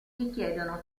richiedono